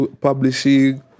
publishing